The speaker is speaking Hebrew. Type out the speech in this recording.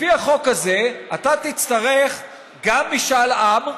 לפי החוק הזה, אתה תצטרך גם משאל עם.